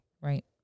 right